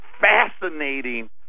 fascinating